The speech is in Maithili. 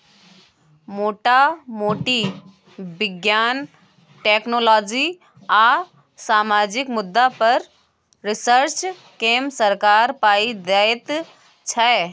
मोटा मोटी बिज्ञान, टेक्नोलॉजी आ सामाजिक मुद्दा पर रिसर्च केँ सरकार पाइ दैत छै